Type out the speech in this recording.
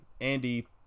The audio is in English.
Andy